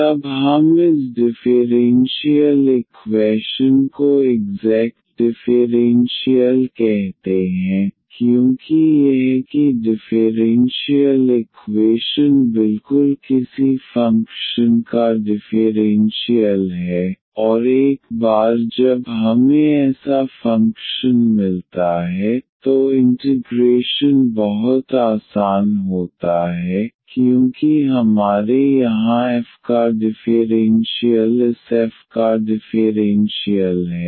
तब हम इस डिफ़ेरेन्शियल इक्वैशन को इग्ज़ैक्ट डिफ़ेरेन्शियल कहते हैं क्योंकि यह कि डिफ़ेरेन्शियल इक्वेशन बिल्कुल किसी फ़ंक्शन का डिफ़ेरेन्शियल है और एक बार जब हमें ऐसा फ़ंक्शन मिलता है तो इंटिग्रेशन बहुत आसान होता है क्योंकि हमारे यहाँ f का डिफ़ेरेन्शियल इस f का डिफ़ेरेन्शियल है